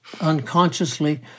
unconsciously